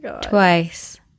twice